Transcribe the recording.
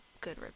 good